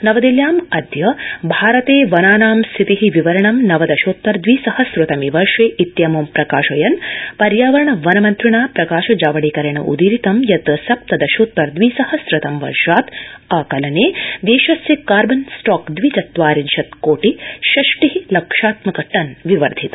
नवदिल्ल्यामदय भारते वनानां स्थिति विवरणं नवदशोत्तर दवि सहस्रतमे वर्षे इत्यमुमं प्रकाशयन् पर्यावरण वन मन्त्रिणा प्रकाश जावड़ेकरेण उदीरितं यत् सप्तदशोत्तर द्विसहस्रतम वर्षात् आकलने देशस्य कार्बन स्टॉक दविचत्वारिंशद् कोटि षष्टि लक्षात्मक टन विवर्धित